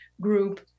group